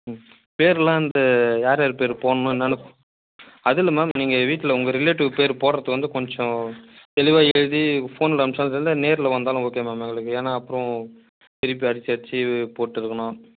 ம் பேரெலாம் இந்த யார் யார் பேர் போடணும் என்னான்னு அது இல்லை மேம் நீங்கள் வீட்டில் உங்க ரிலேட்டிவ் பேர் போடுறதுக்கு வந்து கொஞ்சம் தெளிவாக எழுதி ஃபோனில் அனுப்ச்சாலும் சரி இல்லை நேரில் வந்தாலும் ஓகே மேம் எங்களுக்கு ஏனால் அப்புறம் திருப்பி அடிச்சு அடிச்சு போட்டிருக்கணும்